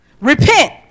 Repent